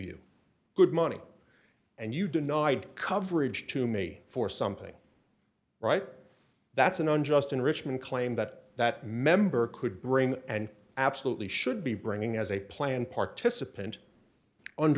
you good money and you denied coverage to me for something right that's an unjust enrichment claim that that member could bring and absolutely should be bringing as a plan participant